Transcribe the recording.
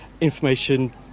information